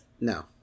No